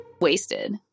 wasted